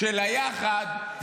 של היחד,